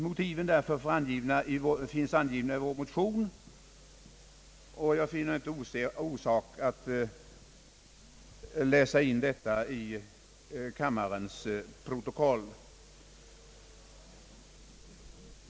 Motiven därför finns angivna i vår motion, och jag finner inte orsak att läsa in detta i kammarens protokoll.